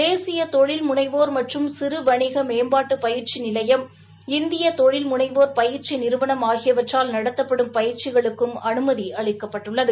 தேசிய தொழில் முனைவோர் மற்றும் சிறுவணிக மேம்பாட்டு பயிற்சி நிலையம் இந்திய தொழில் முனைவோர் பயிற்சி நிறுவனம் ஆகியவற்றால் நடத்தப்படும் பயிற்சிகளுக்கும் அனுமதி அளிக்கப்பட்டுள்ளது